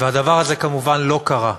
והדבר הזה כמובן לא קרה.